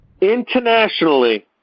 internationally